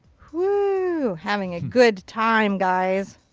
whoooo. having a good time guys.